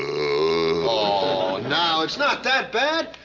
oh, now, it's not that bad.